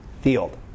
field